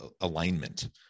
alignment